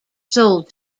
sold